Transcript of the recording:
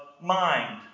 mind